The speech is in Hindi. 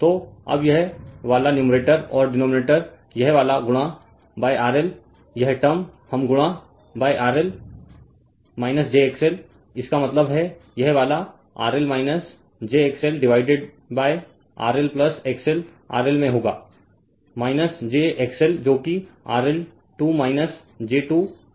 तो अब यह वाला न्यूमेरटर और डिनोमिनेटर यह वाला गुणा RL यह टर्म हम गुणा RL jXL इसका मतलब है यह वाला RL jXL divided RL XL RL में होगा jXL जो कि RL 2 j 2 XL 2 है